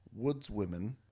Woodswomen